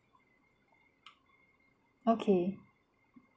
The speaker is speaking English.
okay